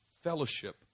fellowship